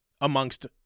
amongst